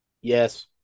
Yes